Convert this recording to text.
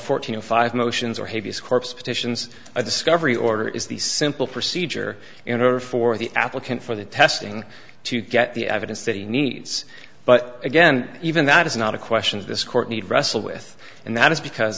fourteen of five motions or habeas corpus petitions a discovery order is the simple procedure in order for the applicant for the testing to get the evidence that he needs but again even that is not a question of this court need wrestle with and that is because